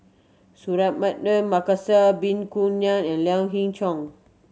Markasan Ngan and Lien Hing Chow